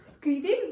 Greetings